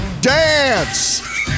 dance